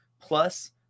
plus